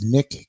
Nick